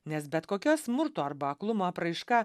nes bet kokia smurto arba aklumo apraiška